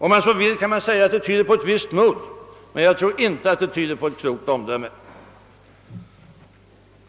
Om man så vill kan man säga att det tyder på ett visst mod, men jag tror inte att det tyder på ett klokt omdöme.